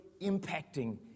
impacting